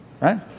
Right